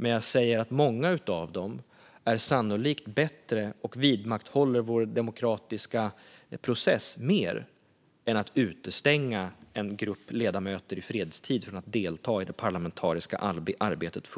Men många av dem är sannolikt bättre och vidmakthåller vår demokratiska process på ett bättre sätt än att i fredstid utestänga en grupp ledamöter från att fullt ut delta i det parlamentariska arbetet